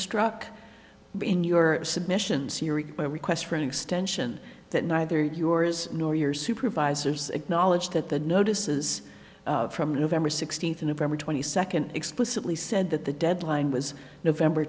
struck in your submission sciri my request for an extension that neither yours nor your supervisors acknowledged that the notices from november sixteenth of november twenty second explicitly said that the deadline was november